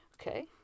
Okay